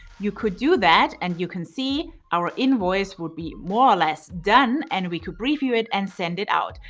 you could do that, and you can see our invoice would be more or less done and we could preview it and send it out.